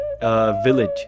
village